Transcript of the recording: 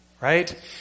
right